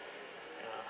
ah